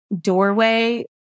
doorway